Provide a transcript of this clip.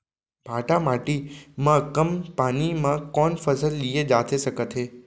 भांठा माटी मा कम पानी मा कौन फसल लिए जाथे सकत हे?